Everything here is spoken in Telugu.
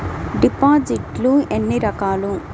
డిపాజిట్లు ఎన్ని రకాలు?